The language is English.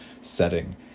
setting